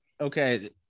okay